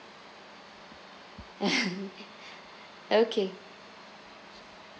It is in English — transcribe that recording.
okay